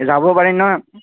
যাব পাৰি ন